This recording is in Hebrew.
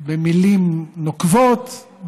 במילים נוקבות,